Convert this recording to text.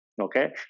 okay